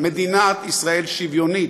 מדינת ישראל שוויונית,